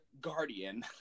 guardian